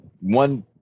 one